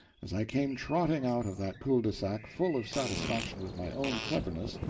as i came trotting out of that cul de sac, full of satisfaction with my own cleverness,